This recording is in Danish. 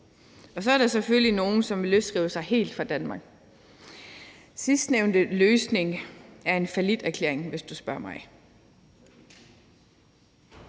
Så er der selvfølgelig nogle, som vil løsrive sig helt fra Danmark. Sidstnævnte løsning er en falliterklæring, hvis du spørger mig.